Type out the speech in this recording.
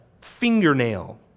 fingernail